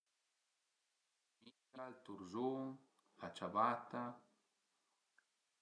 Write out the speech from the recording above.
La micca, ël turzun, la ciabata